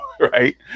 right